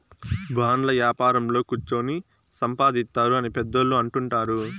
బాండ్ల యాపారంలో కుచ్చోని సంపాదిత్తారు అని పెద్దోళ్ళు అంటుంటారు